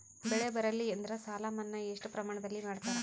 ಬೆಳಿ ಬರಲ್ಲಿ ಎಂದರ ಸಾಲ ಮನ್ನಾ ಎಷ್ಟು ಪ್ರಮಾಣದಲ್ಲಿ ಮಾಡತಾರ?